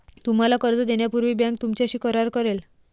तुम्हाला कर्ज देण्यापूर्वी बँक तुमच्याशी करार करेल